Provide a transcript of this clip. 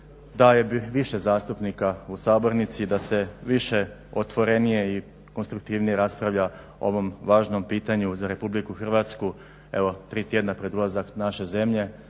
Da je više zastupnika u sabornici, da se više, otvorenije i konstruktivnije raspravlja o ovom važnom pitanju za Republiku Hrvatsku. Evo tri tjedna pred ulazak naše zemlje